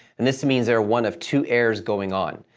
and this means there are one of two errors going on.